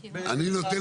לא, לא.